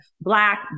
black